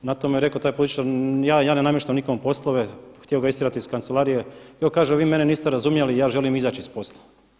Na to mu je rekao taj političar, ja ne namještam nikom poslove htio ga istjerati iz kancelarije, evo kaže vi mene niste razumjeli ja želim izaći iz posla.